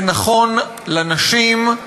זה נכון לנשים,